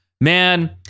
man